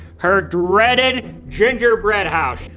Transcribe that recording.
her dreaded gingerbread house.